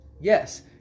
Yes